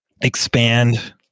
expand